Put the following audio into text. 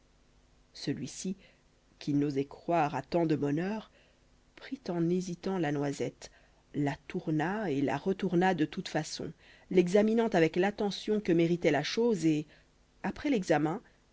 celui-ci qui n'osait croire à tant de bonheur prit en hésitant la noisette la tourna et la retourna de toute façon l'examinant avec l'attention que méritait la chose et après l'examen